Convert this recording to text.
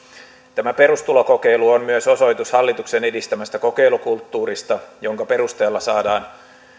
tämä perustulokokeilu on myös osoitus hallituksen edistämästä kokeilukulttuurista jonka perusteella saadaan